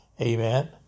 Amen